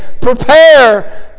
prepare